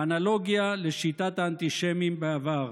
באנלוגיה לשיטת האנטישמים בעבר: